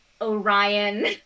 Orion